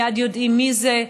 מייד יודעים מי זה,